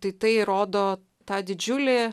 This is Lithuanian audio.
tai tai rodo tą didžiulį